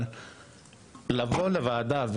אבל לבוא לוועדה,